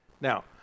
Now